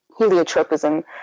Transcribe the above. heliotropism